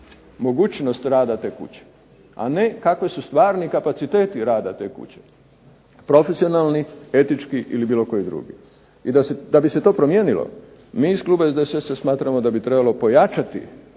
mogućnost rada te kuće, a ne kakvi su stvarni kapaciteti rada te kuće profesionalni, etički ili bilo koji drugi. I da bi se to promijenilo mi iz kluba SDSS-a smatramo da bi trebalo pojačati